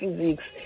physics